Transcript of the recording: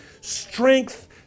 strength